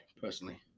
personally